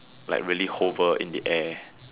like really hover in the air